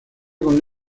con